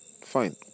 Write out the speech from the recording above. fine